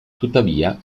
tuttavia